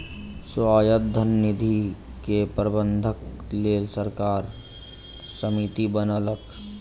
स्वायत्त धन निधि के प्रबंधनक लेल सरकार समिति बनौलक